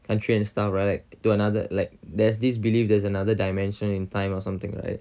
entry and stuff right to another like there's this belief there's another dimension in time or something like that